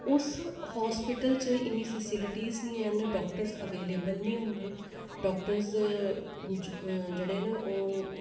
उस हास्पिटल च इन्नी फैसीलिटी नेईं हैन डाॅक्टरस अवेलेवल नेई होंदे डाॅक्टरस जेह्ड़े न ओह्